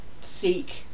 seek